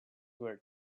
were